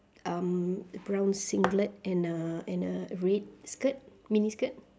um brown singlet and a and a red skirt mini skirt